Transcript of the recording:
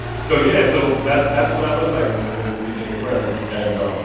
so yeah, so that's that's what i looked like when we became friends. and. um